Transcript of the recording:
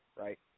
right